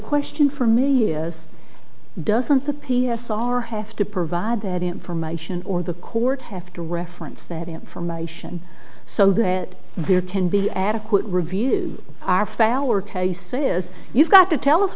question for me is doesn't the p s r have to provide that information or the court have to reference that information so that there can be adequate review our fower case is you've got to tell us